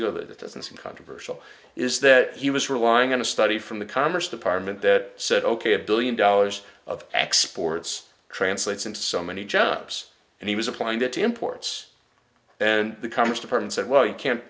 have it doesn't seem controversial is that he was relying on a study from the commerce department that said ok a billion dollars of exports translates in so many jobs and he was applying that to imports and the commerce department said well you can't